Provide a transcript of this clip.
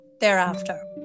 thereafter